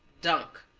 dunk!